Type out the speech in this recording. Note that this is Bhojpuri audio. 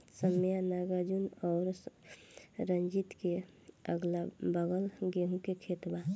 सौम्या नागार्जुन और रंजीत के अगलाबगल गेंहू के खेत बा